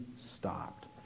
stopped